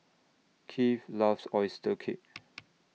Kieth loves Oyster Cake